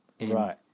Right